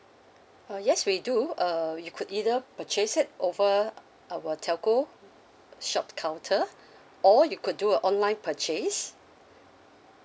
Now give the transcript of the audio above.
uh yes we do uh you could either purchase it over our telco shop counter or you could do a online purchase